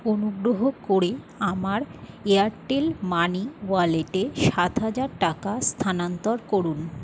অনুগ্রহ করে আমার এয়ারটেল মানি ওয়ালেটে সাত হাজার টাকা স্থানান্তর করুন